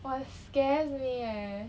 !wah! it scares me leh